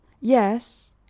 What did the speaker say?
Yes